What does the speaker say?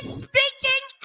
speaking